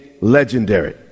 legendary